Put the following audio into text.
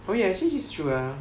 oh ya actually he's true ah